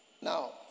Now